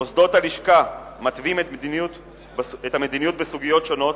מוסדות הלשכה מתווים את המדיניות בסוגיות שונות,